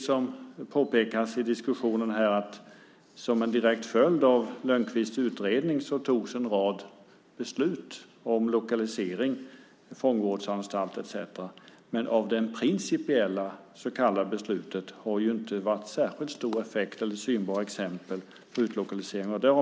Som påpekas i diskussionen här är det riktigt att det fattades en rad beslut om lokalisering av fångvårdsanstalter etcetera som en direkt följd av Lönnqvists utredning. Men av det principiella så kallade beslutet har det inte märkts särskilt stor effekt. Vi har inte sett några synbara exempel på utlokalisering.